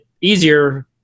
easier